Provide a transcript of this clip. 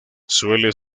suele